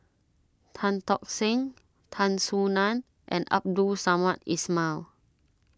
Tan Tock Seng Tan Soo Nan and Abdul Samad Ismail